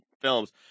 films